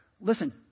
Listen